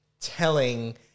Telling